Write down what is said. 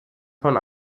von